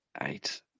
Eight